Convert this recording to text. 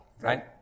right